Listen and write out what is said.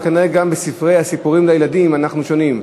אבל כנראה גם בספרי הסיפורים לילדים אנחנו שונים.